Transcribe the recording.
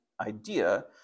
idea